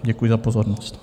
Děkuji za pozornost.